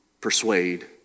persuade